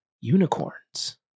unicorns